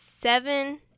Seven